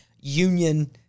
Union